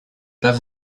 pas